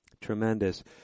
Tremendous